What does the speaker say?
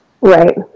Right